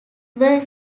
were